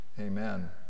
amen